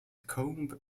coombe